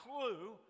clue